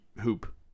hoop